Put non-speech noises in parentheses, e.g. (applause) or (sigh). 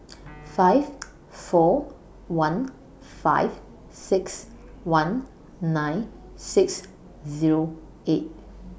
(noise) five four one five six one nine six Zero eight